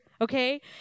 Okay